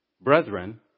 brethren